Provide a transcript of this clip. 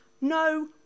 No